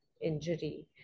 injury